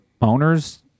owners